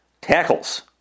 Tackles